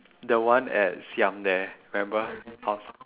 the one at siam there remember I was